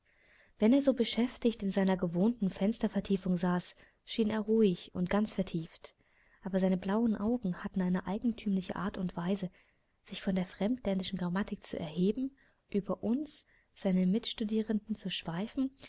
wenn er so beschäftigt in seiner gewohnten fenstervertiefung saß schien er ruhig und ganz vertieft aber seine blauen augen hatten eine eigentümliche art und weise sich von der fremdländischen grammatik zu erheben über uns seine mitstudierenden zu schweifen